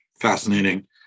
Fascinating